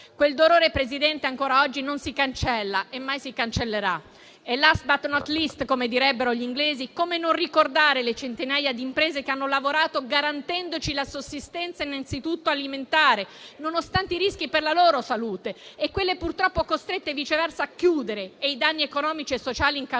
Quel dolore, Presidente, ancora oggi non si cancella e mai si cancellerà. *Last, but not least* - come direbbero gli inglesi - come non ricordare le centinaia di imprese che hanno lavorato garantendoci la sussistenza innanzitutto alimentare, nonostante i rischi per la loro salute, e quelle purtroppo costrette, viceversa, a chiudere e i danni economici e sociali incalcolabili